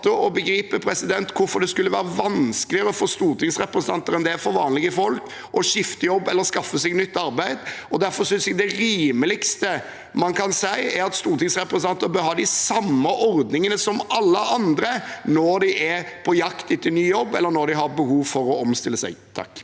og begripe hvorfor det skulle være vanskeligere for stortingsrepresentanter enn for vanlige folk å skifte jobb eller skaffe seg nytt arbeid. Derfor synes jeg det rimeligste en kan si, er at stortingsrepresentanter burde ha de samme ordningene som alle andre når de er på jakt etter ny jobb eller har behov for å omstille seg. Carl